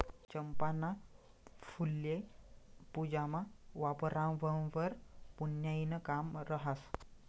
चंपाना फुल्ये पूजामा वापरावंवर पुन्याईनं काम रहास